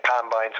Combines